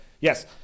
yes